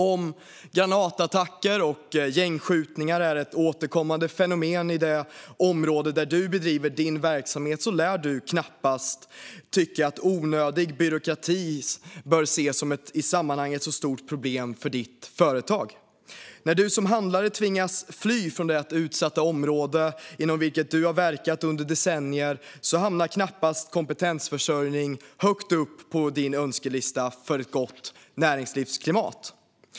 Om granatattacker och gängskjutningar är ett återkommande fenomen i området där du bedriver din verksamhet lär du knappast tycka att onödig byråkrati är ett i sammanhanget särskilt stort problem för ditt företag. När du som handlare tvingas fly från det utsatta område inom vilket du har verkat under decennier hamnar knappast kompetensförsörjning högt upp på din önskelista för ett gott näringslivsklimat.